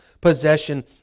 possession